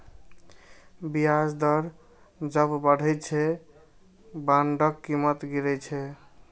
ब्याज दर जब बढ़ै छै, बांडक कीमत गिरै छै